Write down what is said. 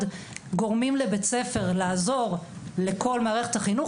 גורמים בבית-הספר לעזור לכל מערכת החינוך.